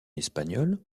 espagnole